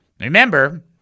Remember